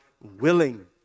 willing